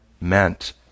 meant